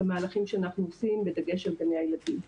המהלכים שאנחנו עושים בדגש על גני הילדים.